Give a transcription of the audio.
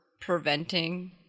preventing